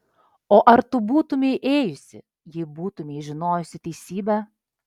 o ar tu būtumei ėjusi jei būtumei žinojusi teisybę